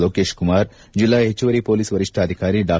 ಲೋಕೇಶ್ ಕುಮಾರ್ ಜಿಲ್ಲಾ ಹೆಚ್ಚುವರಿ ಪೊಲೀಸ್ ವರಿಷ್ಠಾಧಿಕಾರಿ ಡಾ